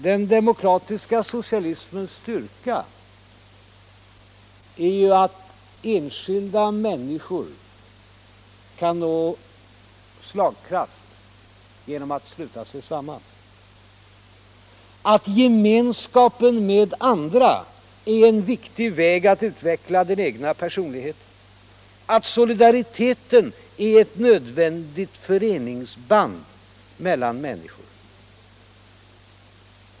Den demokratiska socialismens styrka är ju att enskilda människor kan nå slagkraft genom att sluta sig samman, att gemenskapen med andra är en viktig väg att utveckla den egna personligheten, att solidariteten är ett nödvändigt föreningsband mellan människor.